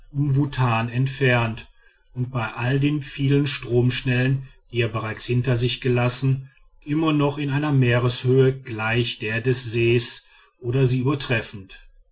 mwutan entfernt und bei all den vielen stromschnellen die er bereits hinter sich gelassen immer noch in einer meereshöhe gleich der des sees oder sie übertreffend